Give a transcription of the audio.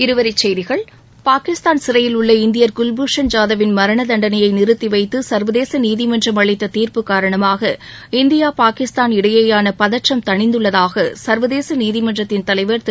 இருவரிச் செய்திகள் பாகிஸ்தான் சிறையில் உள்ள இந்தியர் குல்பூஷன் ஜாதவின் மரண தண்டனையை நிறுத்தி வைத்து சர்வதேச நீதிமன்றம் அளித்த தீர்ப்பு காரணமாக இந்தியா பாகிஸ்தான் இடையேயான பதற்றம் தணிந்துள்ளதாக சர்வதேச நீதிமன்றத்தின் தலைவர் திரு